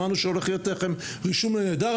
שמענו שהולך להיות לכם רישום נהדר,